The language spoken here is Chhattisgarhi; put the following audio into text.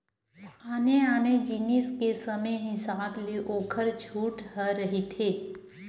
आने आने जिनिस के समे हिसाब ले ओखर छूट ह रहिथे